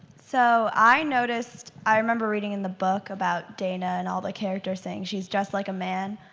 so i noticed i remember reading in the book about dana and all the characters saying she's just like a man.